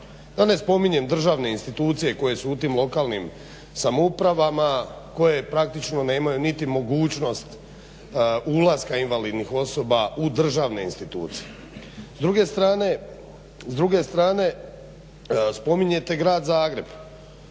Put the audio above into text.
Da ne spominjem državne institucije koje su u tim lokalnim samoupravama koje praktično nemaju niti mogućnost ulaska invalidnih osoba u državne institucije. S druge strane spominjete Grad Zagreb,